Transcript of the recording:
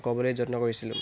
ক'বলৈ যত্ন কৰিছোঁ